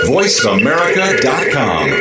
VoiceAmerica.com